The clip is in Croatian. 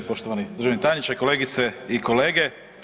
Poštovani državni tajniče, kolegice i kolege.